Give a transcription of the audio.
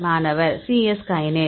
மாணவர் C S kinase